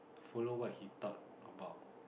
follow what he thought about